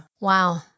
Wow